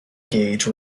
gauge